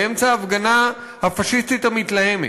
באמצע ההפגנה הפאשיסטית המתלהמת.